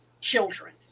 children